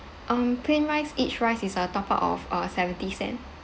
um plain rice each rice is a top up of uh seventy cent